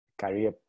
career